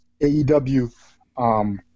AEW –